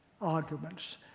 arguments